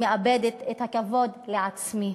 מאבדת את הכבוד לעצמי.